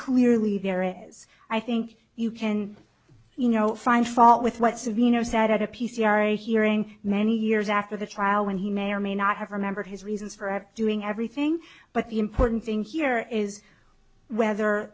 clearly there is i think you can you know find fault with what's to be you know sat at a p c r a hearing many years after the trial when he may or may not have remembered his reasons for doing everything but the important thing here is whether